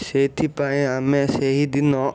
ସେଇଥିପାଇଁ ଆମେ ସେହିଦିନ